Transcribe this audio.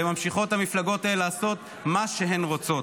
והמפלגות האלה ממשיכות לעשות מה שהן רוצות.